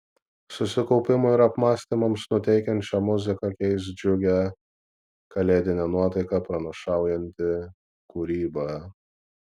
susikaupimui ir apmąstymams nuteikiančią muziką keis džiugią kalėdinę nuotaiką pranašaujanti kūryba